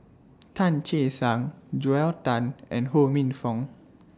Tan Che Sang Joel Tan and Ho Minfong